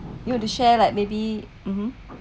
you want to share like maybe mmhmm